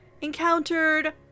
encountered